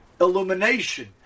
illumination